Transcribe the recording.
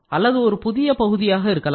அல்லது ஒரு புதிய பகுதியாக இருக்கலாம்